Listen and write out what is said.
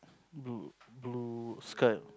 blue blue skirt